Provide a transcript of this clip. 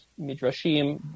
midrashim